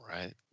right